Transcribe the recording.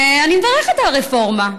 אני מברכת על הרפורמה,